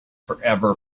forever